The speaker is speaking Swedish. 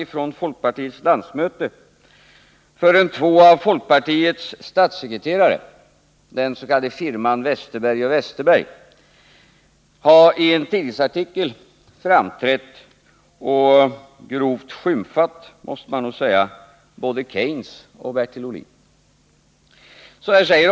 Men knappt hade dessa tystnat förrän två av folkpartiets statssekreterare, ”firman Westerberg & Westerberg”, framträdde i en tidningsartikel och, måste man nog säga, grovt skymfade både Keynes och Bertil Ohlin.